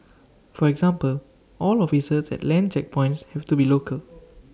for example all officers at land checkpoints have to be local